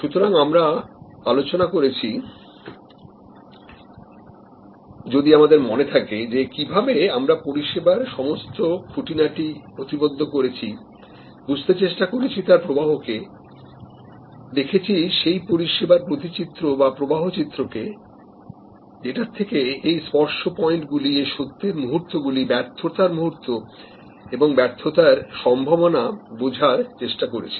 সুতরাং আমরা আলোচনা করেছি যদি আমাদের মনে থাকে যে কিভাবে আমরা পরিষেবার সমস্ত খুঁটিনাটি নথিবদ্ধ করেছি বুঝতে চেষ্টা করেছি তার প্রবাহকে দেখেছি সেই পরিষেবার প্রতিচিত্র বা প্রবাহ চিত্র কে যেটা থেকে এই স্পর্শ পয়েন্টগুলি এই সত্যের মুহূর্তগুলি ব্যর্থতার মুহূর্ত এবং ব্যর্থতার সম্ভাবনা বোঝার চেষ্টা করেছি